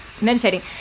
meditating